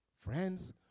Friends